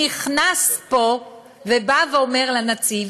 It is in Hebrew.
נכנס פה ואומר לנציב: